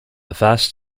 vast